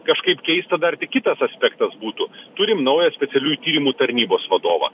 kažkaip keista dar tik kitas aspektas būtų turim naują specialiųjų tyrimų tarnybos vadovą